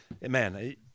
Man